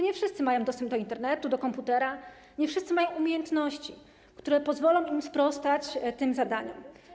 Nie wszyscy mają dostęp do Internetu, do komputera, nie wszyscy mają umiejętności, które pozwolą im na sprostanie tym zadaniom.